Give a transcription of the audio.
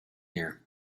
here